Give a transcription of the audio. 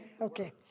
Okay